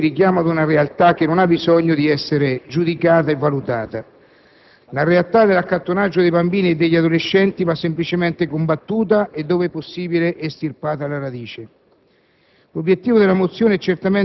ma, in modo puntuale e asciutto, ci richiama ad una realtà che non ha bisogno di essere giudicata e valutata. La realtà dell'accattonaggio dei bambini e degli adolescenti va semplicemente combattuta, e, dove possibile, estirpata alla radice.